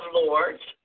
lords